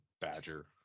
badger